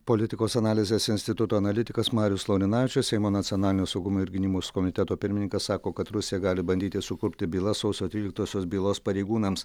politikos analizės instituto analitikas marius laurinavičius seimo nacionalinio saugumo ir gynybos komiteto pirmininkas sako kad rusija gali bandyti sukurpti bylą sausio tryliktosios bylos pareigūnams